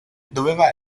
doveva